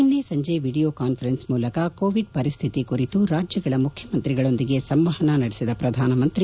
ನಿನ್ನೆ ಸಂಜೆ video conference ಮೂಲಕ ಕೋವಿಡ್ ಪರಿಸ್ಥಿತಿ ಕುರಿತು ರಾಜ್ಗಳ ಮುಖ್ಯಮಂತ್ರಿಗಳೊಂದಿಗೆ ಸಂವಹನ ನಡೆಸಿದ ಪ್ರಧಾನಮಂತ್ರಿ